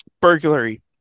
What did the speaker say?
Burglary